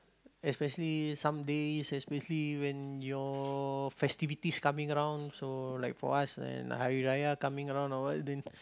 especially some days especially when your festivities coming around so like for us and Hari-Raya coming around or what then